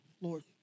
lord